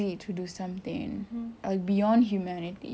what's the craziest um cerita paling